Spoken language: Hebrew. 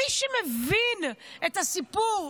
מי שמבין את הסיפור,